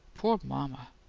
poor mama!